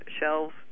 shelves